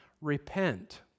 repent